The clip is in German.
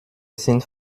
sind